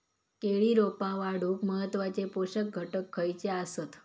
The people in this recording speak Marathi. केळी रोपा वाढूक महत्वाचे पोषक घटक खयचे आसत?